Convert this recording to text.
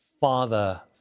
father